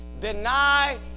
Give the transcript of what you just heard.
deny